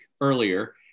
earlier